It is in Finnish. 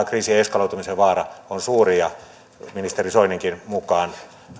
kriisien eskaloitumisen vaara on suuri ministeri soininkin mukaan